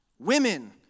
Women